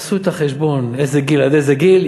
עשו את החשבון מאיזה גיל עד איזה גיל,